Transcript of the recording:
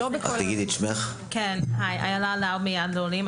לא בכל ה --- אני אילה לאוב מיד לעולים.